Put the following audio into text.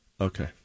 Okay